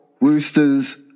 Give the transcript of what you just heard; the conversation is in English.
Roosters